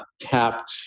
tapped